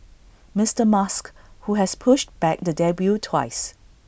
Mister musk who has pushed back the debut twice